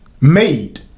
made